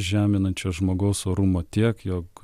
žeminančios žmogaus orumo tiek jog